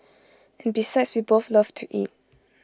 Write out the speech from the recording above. and besides we both love to eat